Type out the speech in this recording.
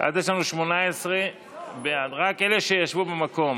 השוואת קצבת אזרח ותיק לשכר המינימום),